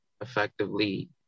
effectively